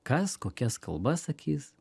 kas kokias kalbas sakys